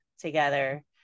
together